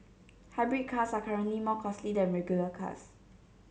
hybrid cars are currently more costly than regular cars